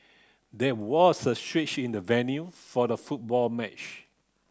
there was a switch in the venue for the football match